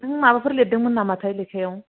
नों माबाफोर लिरदोंमोन नामाथाय लेखायाव